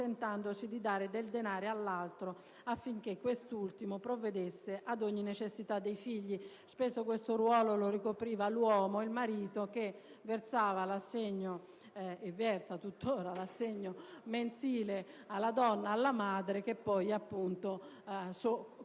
accontentandosi di dare del denaro all'altro affinché quest'ultimo provvedesse ad ogni necessità dei figli. Spesso questo ruolo lo ricopriva l'uomo: il marito versava - e versa tuttora - l'assegno mensile alla donna, alla madre, che prende i soldi